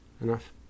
enough